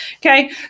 Okay